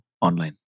online